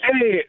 Hey